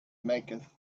maketh